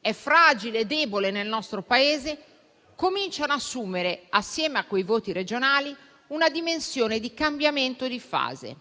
è fragile e debole nel nostro Paese, cominciano ad assumere, assieme a quei voti regionali, una dimensione di cambiamento di fase.